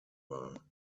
war